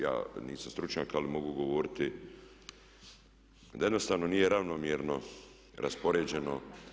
Ja nisam stručnjak ali mogu govoriti da jednostavno nije ravnomjerno raspoređeno.